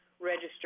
register